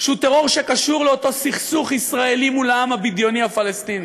שהוא טרור שקשור לאותו סכסוך ישראלי מול העם הבדיוני הפלסטיני.